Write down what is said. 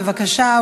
בבקשה,